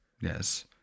Yes